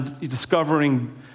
discovering